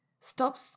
stop